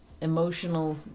emotional